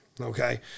Okay